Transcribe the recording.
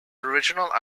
original